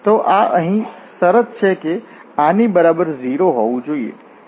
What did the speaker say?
તો આ અહીં શરત છે કે આ ની બરાબર 0 હોવું જોઈએ